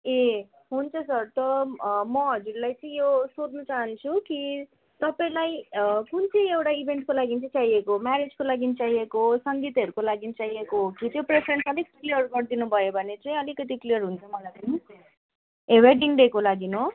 ए हुन्छ सर त म हजुरलाई चाहिँ यो सोध्नु चाहन्छु कि तपाईँलाई कुन चाहिँ एउटा इभेन्टको लागि चाहिँ चाहिएको हो म्यारिजको लागि चाहिएको सङ्गीतहरूको लागि चाहिएको हो कि त्यो प्रिफरेन्स अलिक क्लियर गरिदिनु भयो भने चाहिँ अलिकति क्लियर हुन्छ मलाई पनि ए वेडिङ डेको लागि हो